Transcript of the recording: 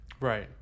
Right